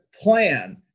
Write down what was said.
plan